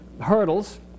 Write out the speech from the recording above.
hurdles